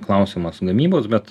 klausimas gamybos bet